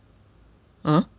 (uh huh)